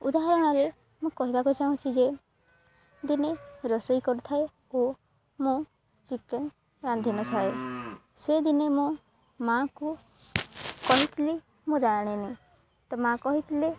ଉଦାହରଣରେ ମୁଁ କହିବାକୁ ଚାହୁଁଛି ଯେ ଦିନେ ରୋଷେଇ କରିଥାଏ ଓ ମୁଁ ଚିକେନ ରାନ୍ଧିନଥାଏ ସେଦିନେ ମୁଁ ମା'ଙ୍କୁ କହିଥିଲି ମୁଁ ଜାଣିନି ତ ମା' କହିଥିଲେ